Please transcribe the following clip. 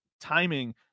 timing